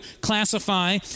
classify